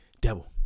devil